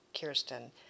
Kirsten